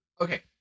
Okay